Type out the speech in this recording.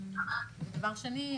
דבר שני,